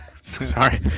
sorry